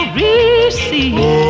receive